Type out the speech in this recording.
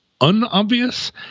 unobvious